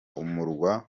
umurwa